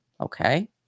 okay